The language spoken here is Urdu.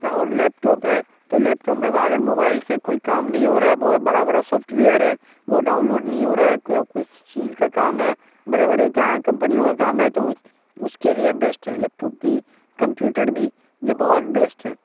اور لیپ ٹاپ ہے تو لیپ ٹاپ میں بھی اگر موبائل سے کوئی کام نہیں ہو رہا ہے بہت بڑا بڑا سافٹ ویئر ہے وہ ڈاؤن لوڈ نہیں ہو رہا ہے کوئی کسی چیز کا کام ہے بڑے بڑے کمپنیوں کا کام ہے تو اس اس کے لیے بیسٹ ہے لیپ ٹاپ بھی کمپیوٹڑ بھی یہ بہت بیسٹ ہے